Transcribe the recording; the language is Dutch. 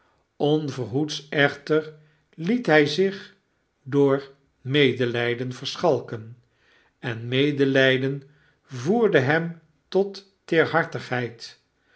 onverhoeds echter liet hy zich door medelijden verschalken en medelyden voerde hem tot